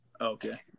Okay